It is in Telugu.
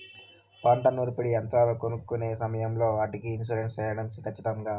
పంట నూర్పిడి యంత్రాలు కొనుక్కొనే సమయం లో వాటికి ఇన్సూరెన్సు సేయడం ఖచ్చితంగా?